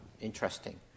interesting